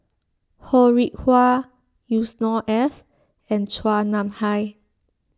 Ho Rih Hwa Yusnor Ef and Chua Nam Hai